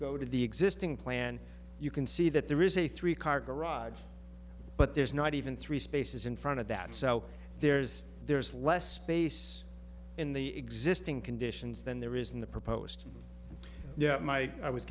go to the existing plan you can see that there is a three car garage but there's not even three spaces in front of that so there's there's less space in the existing conditions than there is in the proposed my i was